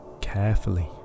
carefully